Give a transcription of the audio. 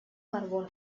carbono